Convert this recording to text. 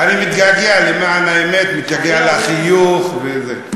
אני מתגעגע, למען האמת, מתגעגע לחיוך וזה.